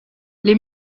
les